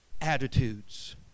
attitudes